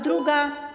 Druga.